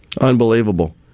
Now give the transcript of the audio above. Unbelievable